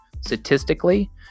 statistically